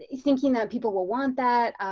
thinking that people will want that.